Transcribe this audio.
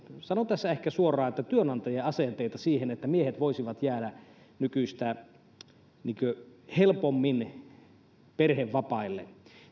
sanon tässä ehkä suoraan että työnantajien asenteita siihen että miehet voisivat jäädä nykyistä helpommin perhevapaille